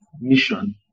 mission